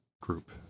group